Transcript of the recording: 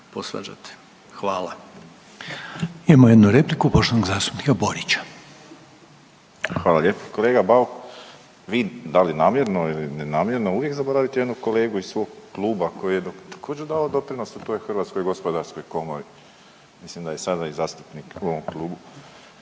Željko (HDZ)** Imamo jednu repliku poštovanog zastupnika Borića. **Borić, Josip (HDZ)** Hvala lijepa. Kolega Bauk, vi da li namjerno ili nenamjerno uvijek zaboravite jednog kolegu iz svog kluba koji je također dao doprinos u toj Hrvatskoj gospodarskoj komori. Mislim da je i sada zastupnik u ovom klubu